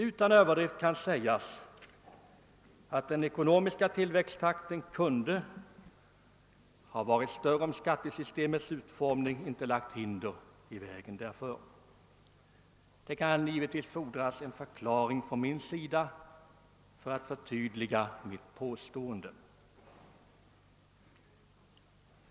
Utan överdrift kan sägas att den ekonomiska tillväxttakten kunde ha varit större om skattesystemets utformning inte lagt hinder i vägen därför. Det kan givetvis fordras en förklaring från min sida som förtydligar mitt påstående.